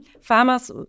farmers